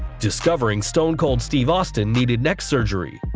discovering stone cold steve austin needed neck surgery